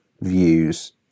views